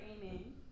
aiming